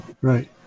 Right